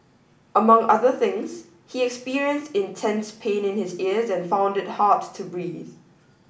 among other things he experienced intense pain in his ears and found it hard to breathe